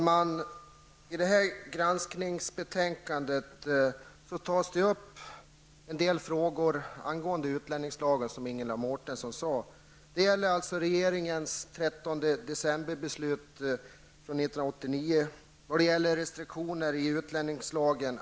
Herr talman! Som Ingela Mårtensson sade tas det i detta granskningsbetänkande upp en del frågor angående utlänningslagen.